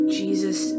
jesus